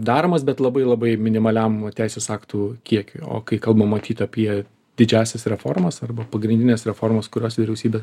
daromas bet labai labai minimaliam teisės aktų kiekiui o kai kalbam matyt apie didžiąsias reformas arba pagrindines reformas kurias vyriausybė